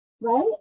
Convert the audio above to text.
right